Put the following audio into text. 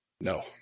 No